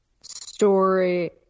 story